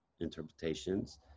interpretations